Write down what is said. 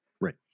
right